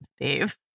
Dave